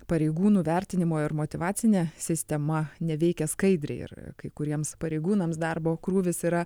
pareigūnų vertinimu ir motyvacine sistema neveikia skaidriai ir kai kuriems pareigūnams darbo krūvis yra